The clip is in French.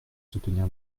soutenir